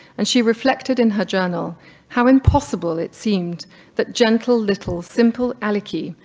and she reflected in her journal how impossible it seemed that gentle little simple alicky,